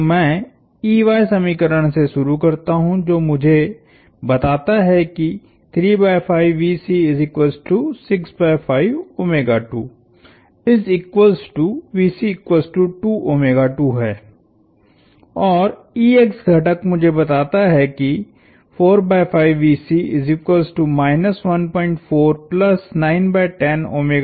तो मैं समीकरण से शुरू करता हूं जो मुझे बताता है किहै औरघटक मुझे बताता है किहै